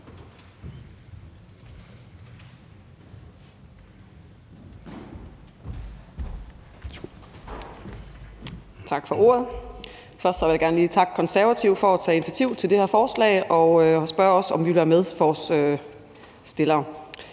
Tak for ordet. Først vil jeg gerne lige takke Konservative for at tage initiativ til det her forslag og spørge os, om vi ville være medforslagsstillere.